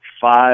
five